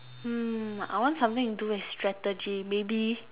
hmm I want something to do with strategy maybe